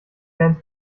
fans